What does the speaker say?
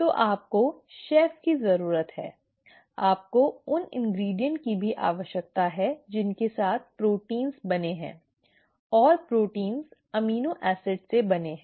तो आपको शेफ की जरूरत है आपको उन इन्ग्रीडीअन्ट की भी आवश्यकता है जिनके साथ प्रोटीन बने हैं और प्रोटीन अमीनो एसिड से बने हैं